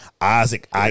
Isaac